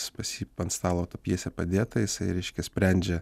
s pas jį ant stalo ta pjesė padėta jisai reiškia sprendžia